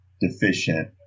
deficient